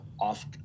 off